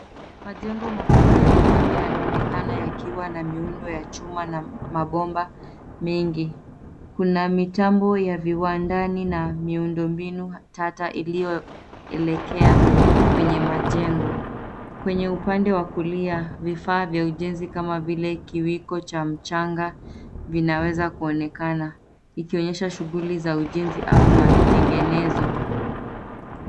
Majengo ya viwanda yanaonekana yakiwa na miundo ya chuma na mabomba mengi. Kuna mitambo ya viwandani na miundombinu tata iliyoelekea kwenye majengo. Kwenye upande wa kulia vifaa vya ujenzi kama vile kiwiko cha mchanga vinaweza kuonekana ikionyesha shughuli za ujenzi au matengenezo.